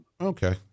okay